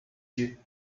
yeux